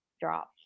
drop